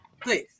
Please